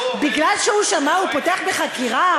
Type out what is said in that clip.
מפני שהוא שמע הוא פותח בחקירה?